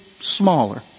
smaller